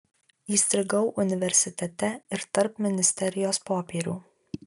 įstrigau universitete ir tarp ministerijos popierių